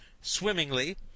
swimmingly